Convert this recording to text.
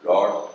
Lord